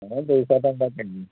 ହଁ ଦୁଇଶହ ଟଙ୍କା କେ ଜି